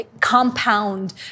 compound